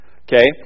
okay